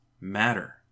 matter